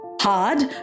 hard